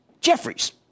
Jeffries